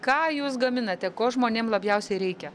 ką jūs gaminate ko žmonėm labiausiai reikia